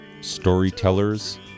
Storytellers